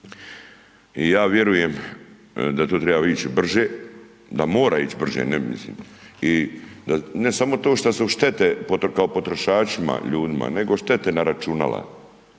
i ja vjerujem da tu treba ići brže, da mora ići brže, ne mislim, ne samo to što su štete kao potrošačima ljudima, nego štete na računala